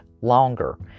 longer